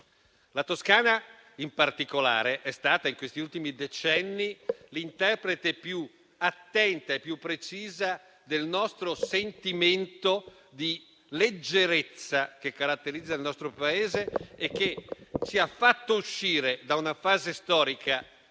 La Toscana, in particolare, è stata negli ultimi decenni l'interprete più attenta e più precisa del sentimento di leggerezza che caratterizza il nostro Paese e che ci ha fatti uscire da una fase storica